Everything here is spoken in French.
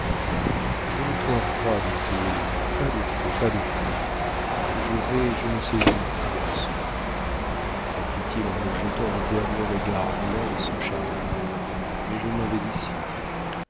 je n'ai point froid dit-il pas de feu pas de feu je vais je ne sais où garçon reprit-il en me jetant un dernier regard blanc et sans chaleur mais je m'en vais d'ici